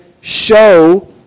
show